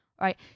right